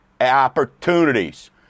Opportunities